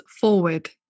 forward